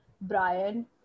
Brian